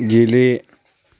गेले